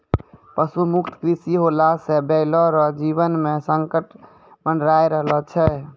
पशु मुक्त कृषि होला से बैलो रो जीवन मे संकट मड़राय रहलो छै